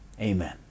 Amen